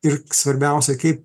ir svarbiausia kaip